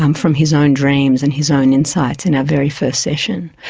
um from his own dreams and his own insights in our very first session.